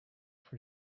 for